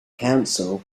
council